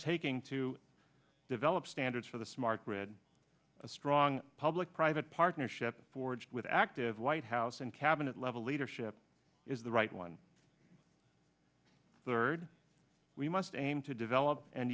taking to develop standards for the smart grid a strong public private partnership forged with active white house and cabinet level leadership is the right one third we must aim to develop and